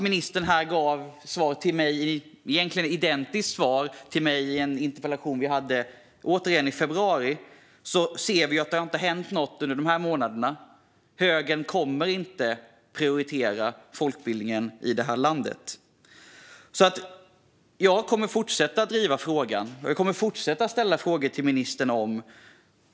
Ministern gav mig här ett i stort sett identiskt svar som i en interpellationsdebatt vi hade i februari. Trots det ser vi att det inte har hänt något under de här månaderna. Högern kommer inte att prioritera folkbildningen i det här landet. Jag kommer att fortsätta driva frågan och ställa frågor till ministern.